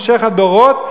המשך הדורות,